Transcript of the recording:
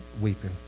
weeping